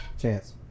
Chance